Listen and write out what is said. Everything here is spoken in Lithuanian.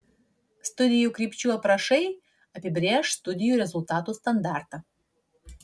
studijų krypčių aprašai apibrėš studijų rezultatų standartą